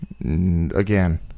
Again